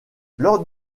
lors